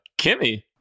Kimmy